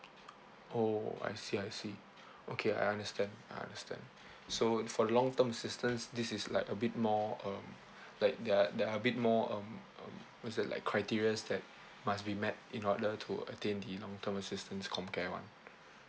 oh I see I see okay I understand I understand so for the long term assistance this is like a bit more um like there are there are a bit more um uh what's that like criteria that must be met in order to attain the long term assistance comcare [one]